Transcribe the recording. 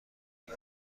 این